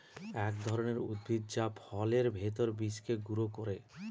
এক ধরনের উদ্ভিদ যা ফলের ভেতর বীজকে গুঁড়া করে